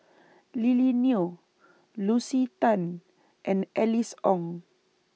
Lily Neo Lucy Tan and Alice Ong